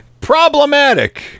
Problematic